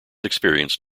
experienced